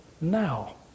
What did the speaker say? now